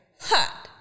hot